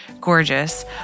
gorgeous